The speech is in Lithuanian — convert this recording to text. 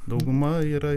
dauguma yra